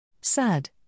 Sad